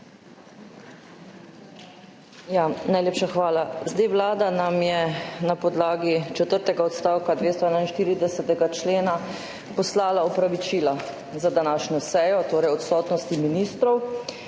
Najlepša hvala. Vlada nam je na podlagi četrtega odstavka 241. člena poslala opravičila za današnjo sejo, torej odsotnosti ministrov.